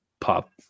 pop